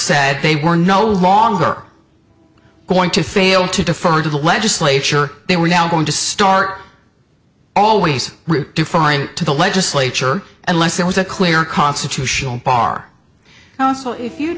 said they were no longer going to fail to defer to the legislature they were now going to start always defiant to the legislature unless there was a clear constitutional bar